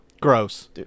Gross